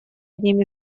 одним